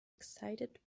excited